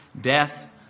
death